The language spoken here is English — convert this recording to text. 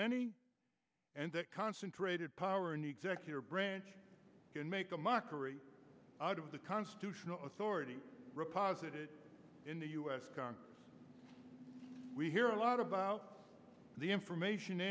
many and that concentrated power in the executive branch can make a mockery out of the constitutional authority repository in the us we hear a lot about the information